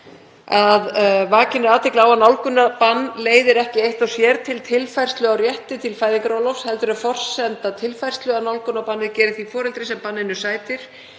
„Vakin er athygli á að nálgunarbann leiðir ekki eitt og sér til tilfærslu á rétti til fæðingarorlofs heldur er forsenda tilfærslu að nálgunarbannið geri því foreldri sem banninu sætir